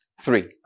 Three